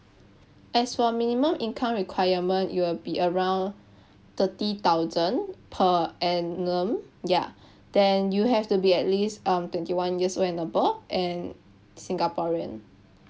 as for minimum income requirement it will be around thirty thousand per annum ya then you have to be at least um twenty one years old and above and singaporean